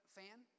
fan